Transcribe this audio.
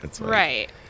right